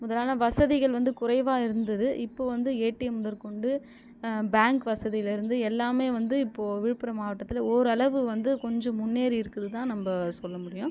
முதலான வசதிகள் வந்து குறைவாக இருந்தது இப்போது வந்து ஏடிஎம் முதற்கொண்டு பேங்க் வசதியில் இருந்து எல்லாமே வந்து இப்போது விழுப்புரம் மாவட்டத்தில் ஓரளவு வந்து கொஞ்சம் முன்னேறி இருக்கிறது தான் நம்ம சொல்ல முடியும்